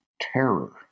terror